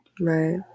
Right